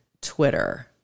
Twitter